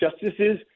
justices